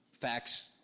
facts